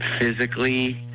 physically